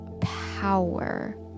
power